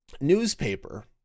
newspaper